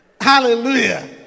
Hallelujah